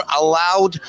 allowed